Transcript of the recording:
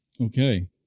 Okay